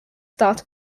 start